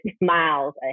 miles